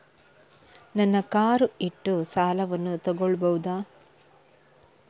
ನನ್ನ ಕಾರ್ ಇಟ್ಟು ಸಾಲವನ್ನು ತಗೋಳ್ಬಹುದಾ?